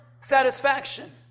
satisfaction